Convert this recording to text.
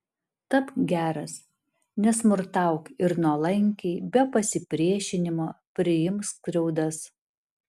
tapk geras nesmurtauk ir nuolankiai be pasipriešinimo priimk skriaudas